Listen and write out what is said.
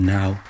now